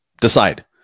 Decide